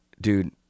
dude